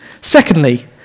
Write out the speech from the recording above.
Secondly